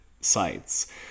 sites